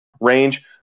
range